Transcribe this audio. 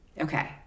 Okay